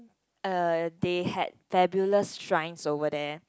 uh they had fabulous shrines over there